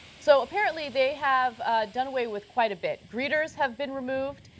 so apparently they have done away with quite a bit. greeters have been removed,